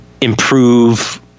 improve